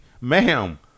ma'am